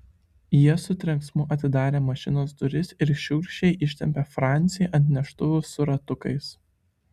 jie su trenksmu atidarė mašinos duris ir šiurkščiai ištempė francį ant neštuvų su ratukais